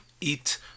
eat